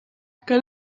que